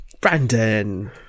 Brandon